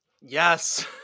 Yes